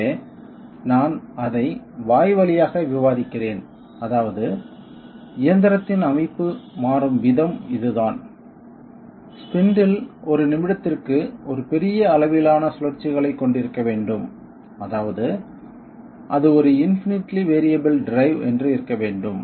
எனவே நான் அதை வாய்வழியாக விவாதிக்கிறேன் அதாவது இயந்திரத்தின் அமைப்பு மாறும் விதம் இதுதான் ஸ்பீண்டில் ஒரு நிமிடத்திற்கு ஒரு பெரிய அளவிலான சுழற்சிகளைக் கொண்டிருக்க வேண்டும் அதாவது அது ஒரு இன்பினிட்லி வேறியபிள் டிரைவ் என்று இருக்க வேண்டும்